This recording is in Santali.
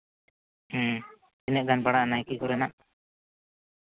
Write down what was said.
ᱦᱮᱸ ᱛᱤᱱᱟᱹᱜ ᱜᱟᱱ ᱯᱟᱲᱟᱜᱼᱟ ᱱᱟᱭᱠᱤ ᱠᱚᱨᱮᱱᱟᱜ